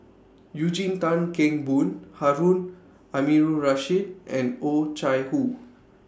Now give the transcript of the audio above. Eugene Tan Kheng Boon Harun Aminurrashid and Oh Chai Hoo